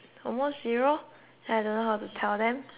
then I don't know how to tell them